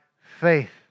faith